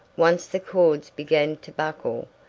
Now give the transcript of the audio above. once the chords began to buckle,